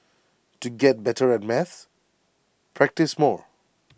to get better at maths practise more